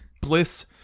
bliss